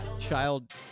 Child